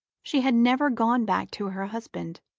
she had never gone back to her husband,